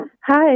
Hi